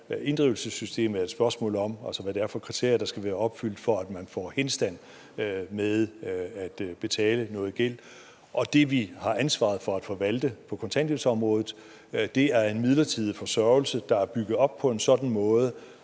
Inddrivelsessystemet er et spørgsmål om, hvad det er for kriterier, der skal være opfyldt, for at man får henstand med at betale noget gæld. Og det, vi har ansvaret for at forvalte på kontanthjælpsområdet, er en midlertidig forsørgelse, der er bygget op på en sådan måde,